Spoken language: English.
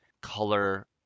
Color